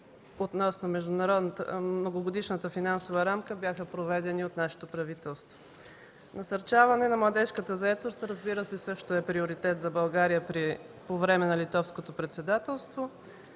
относно Многогодишната финансова рамка бяха проведени от нашето правителство. Насърчаване на младежката заетост, разбира се, също е приоритет за България по време на Литовското председателство.